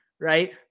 right